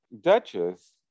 Duchess